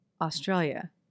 Australia